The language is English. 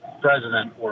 president